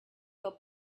were